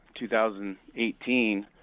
2018